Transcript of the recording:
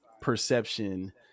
perception